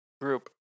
group